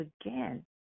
again